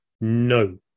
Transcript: no